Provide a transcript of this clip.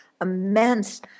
immense